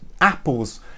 apples